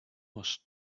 was